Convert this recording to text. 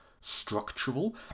structural